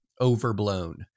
overblown